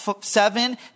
Seven